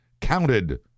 counted